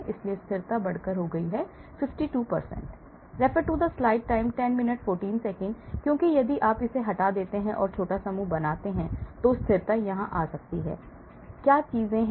इसलिए स्थिरता बढ़कर 52 हो गई है क्योंकि यदि आप इसे हटा देते हैं और एक छोटा समूह बनाते हैं तो स्थिरता यहां आ जाती है क्या चीजें हैं